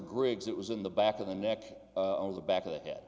griggs it was in the back of the neck of the back of the head